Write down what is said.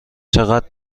چقدر